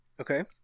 Okay